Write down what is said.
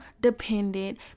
dependent